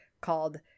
called